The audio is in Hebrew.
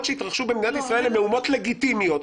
שהתרחשו במדינת ישראל הן מהומות לגיטימיות.